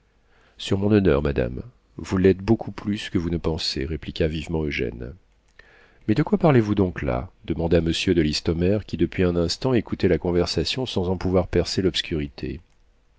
sur mon honneur madame vous l'êtes beaucoup plus que vous ne pensez répliqua vivement eugène mais de quoi parlez-vous donc là demanda monsieur de listomère qui depuis un instant écoutait la conversation sans en pouvoir percer l'obscurité